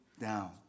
down